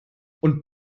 und